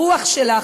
הרוח שלך,